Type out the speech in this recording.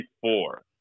four